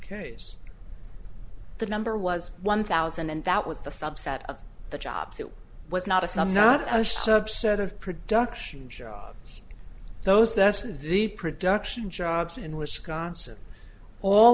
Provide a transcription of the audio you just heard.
case the number was one thousand and that was the subset of the jobs it was not a sum not a subset of production jobs those that's the production jobs in wisconsin all